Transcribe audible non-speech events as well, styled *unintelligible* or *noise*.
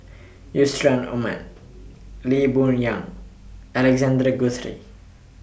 *unintelligible* Aman Lee Boon Yang Alexander Guthrie